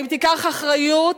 האם תיקח אחריות